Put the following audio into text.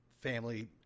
family